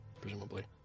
presumably